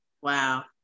wow